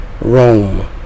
Rome